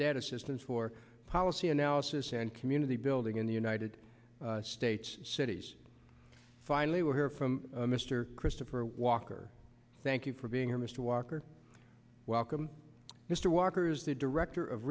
debt assistance for policy analysis and community building in the united states cities finally will hear from mr christopher walker thank you for being here mr walker welcome mr walker's the director of